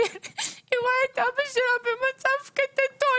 היא רואה את אבא שלה במצב קטטוני.